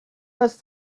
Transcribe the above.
was